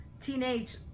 teenage